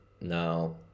Now